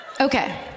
Okay